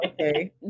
okay